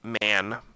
man